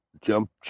jump